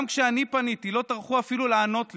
גם כשאני פניתי לא טרחו אפילו לענות לי.